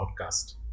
Podcast